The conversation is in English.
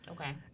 Okay